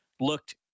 looked